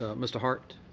ah mr. hart.